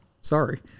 Sorry